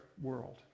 world